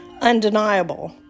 undeniable